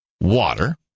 water